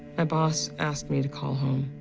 ah boss asked me to call home.